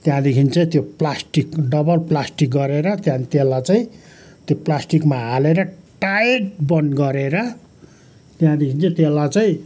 त्यहाँदेखि चाहिँ त्यो प्लास्टिक डबल प्लास्टिक गरेर त्यहाँदेखि त्यसलाई चाहिँ त्यो प्लास्टिकमा हालेर टाइट बन्द गरेर त्यहाँदेखि चाहिँ त्यसलाई चाहिँ